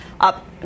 up